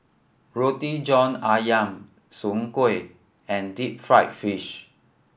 Roti John Ayam Soon Kuih and deep fried fish